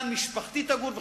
כאן משפחתי תגור,